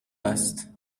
است